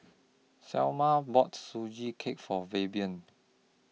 Salma bought Sugee Cake For Fabian